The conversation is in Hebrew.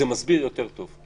זה מסביר יותר טוב.